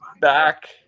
back